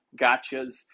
gotchas